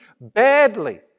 badly